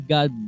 God